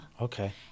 Okay